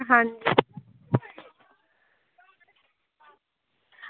हां जी